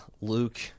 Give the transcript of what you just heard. Luke